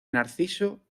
narciso